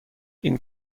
این